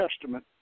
Testament